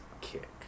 kick